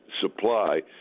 supply